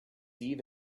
eve